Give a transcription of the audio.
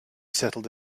settled